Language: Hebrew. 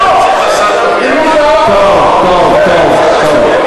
הדמוקרטיה הגדולה, טוב, טוב, טוב.